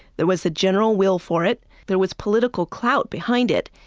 there was the general will for it, there was political clout behind it,